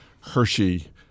Hershey